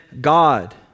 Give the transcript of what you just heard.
God